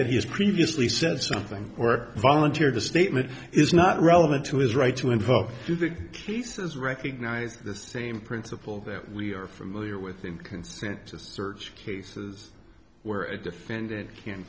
that he has previously said something or volunteered the statement is not relevant to his right to involve to the case is recognized the same principle that we are familiar with in consent to search cases where a defendant can